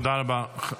תודה רבה.